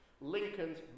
Lincoln's